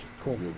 Cool